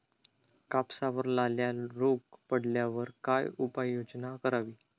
कापसावर लाल्या रोग पडल्यावर काय उपाययोजना करावी?